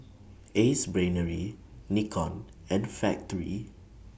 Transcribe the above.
Ace Brainery Nikon and Factorie